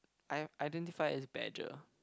I identify as badger